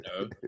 no